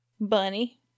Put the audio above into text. Bunny